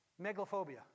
megalophobia